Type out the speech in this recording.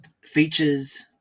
features